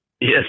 Yes